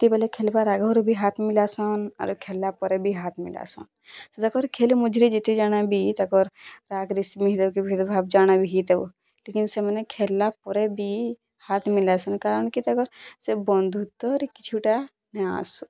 ଯେତେବେଲେ ଖେଲବାର୍ ଆଘର ବି ହାତ୍ ମିଲାସନ୍ ଆର୍ ଖେଲଲା ପରେ ବି ହାତ୍ ମିଲାସନ୍ ସେ ତାକର୍ ଖେଲ୍ ମଝିରେ ଯେତେ ଜଣ ବି ତାକର୍ ରାଗ ରେଶମୀ ହେଇଥାଉ କି ଭେଦ୍ ଭାବ୍ ଜାଣା ବି ହେଇଥାଉ ଲେକିନ୍ ସେମାନେ ଖେଲଲା ପରେ ବି ହାତ୍ ମିଲାସନ୍ କାରଣ କି ତାକର୍ ସେ ବନ୍ଧୁତ୍ୱରେ କିଛୁ ଟା ନାଇଁ ଆସୁ